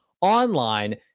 online